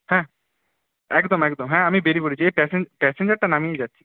হ্যাঁ একদম একদম হ্যাঁ আমি বেরিয়ে পড়েছি এই প্যাসেন প্যাসেঞ্জারটা নামিয়েই যাচ্ছি